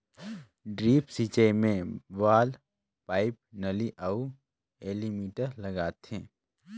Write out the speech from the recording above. drip सिंचई मे valve, pipe, नली अउ एलीमिटर लगाथें